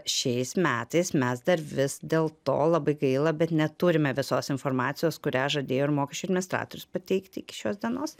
šiais metais mes dar vis dėl to labai gaila bet neturime visos informacijos kurią žadėjo ir mokesčių administratorius pateikti iki šios dienos